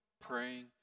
praying